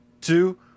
two